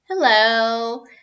hello